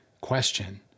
question